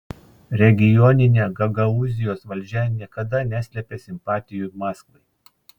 regioninė gagaūzijos valdžia niekada neslėpė simpatijų maskvai